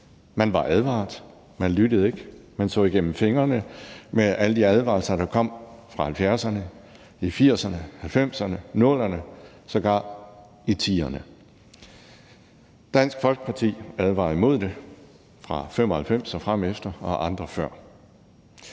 Man var advaret, men man lyttede ikke, og man så igennem fingrene med alle de advarsler, der kom i 1970'erne, 1980'erne, 1990'erne og 00'erne og sågar i 2010'erne. Dansk Folkeparti advarede imod det fra 1995 og fremefter, og andre før.